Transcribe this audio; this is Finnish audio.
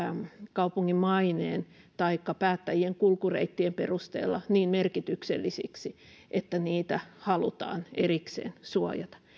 kaupungin maineen taikka päättäjien kulkureittien perusteella niin merkityksellisiksi että niitä halutaan erikseen suojata